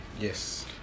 yes